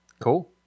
Cool